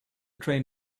train